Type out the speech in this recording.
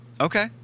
Okay